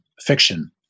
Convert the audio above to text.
Fiction